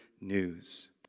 news